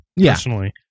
personally